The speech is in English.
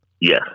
Yes